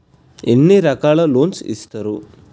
ఎన్ని రకాల లోన్స్ ఇస్తరు?